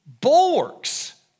bulwarks